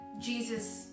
Jesus